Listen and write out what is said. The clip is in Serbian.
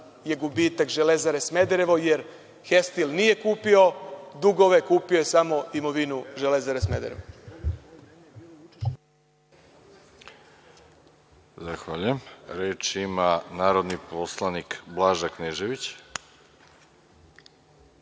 je gubitak „Železare Smederevo“ jer „Hestil“ nije kupio dugove, kupio je samo imovinu „Železare Smederevo“.Prema